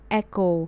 echo